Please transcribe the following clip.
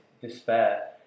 despair